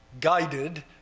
guided